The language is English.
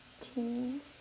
teens